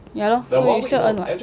ya lor so you still earn [what]